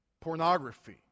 pornography